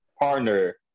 partner